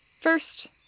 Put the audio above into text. First